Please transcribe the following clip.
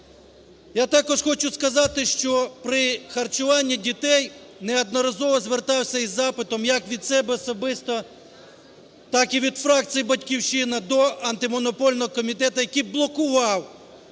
Я також хочу сказати, що при харчуванні дітей неодноразово звертався із запитом, як від себе особисто, так і від фракції "Батьківщина", до Антимонопольного комітету, який блокував